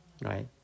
Right